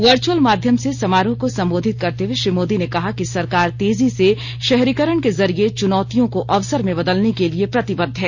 virtual माध्यम से समारोह को संबोधित करते हुए श्री मोदी ने कहा कि सरकार तेजी से शहरीकरण के जरिये चुनौतियों को अवसर में बदलने के लिए प्रतिबद्ध है